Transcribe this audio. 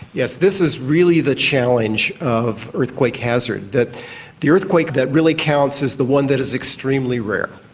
yes, this is really the challenge of earthquake hazard, that the earthquake that really counts is the one that is extremely rare.